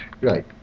Right